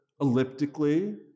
elliptically